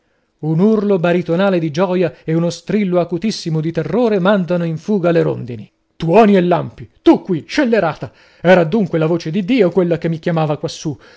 un urlo baritonale di gioia e uno strillo acutissimo di terrore mandano in fuga le rondini tuoni e lampi tu qui scellerata era dunque la voce di dio quella che mi chiamava quassù